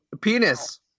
penis